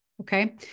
Okay